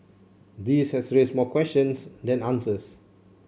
this has raised more questions than answers